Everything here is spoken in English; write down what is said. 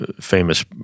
famous